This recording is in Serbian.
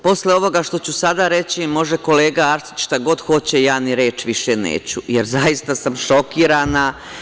Posle ovoga što ću sada reći može kolega Arsić šta god hoće, ja ni reč više neću, jer zaista sam šokirana.